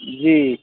जी